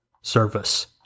service